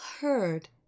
heard